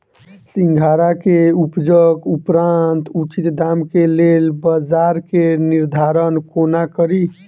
सिंघाड़ा केँ उपजक उपरांत उचित दाम केँ लेल बजार केँ निर्धारण कोना कड़ी?